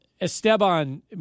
Esteban